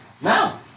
Now